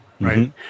right